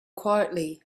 quietly